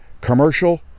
commercial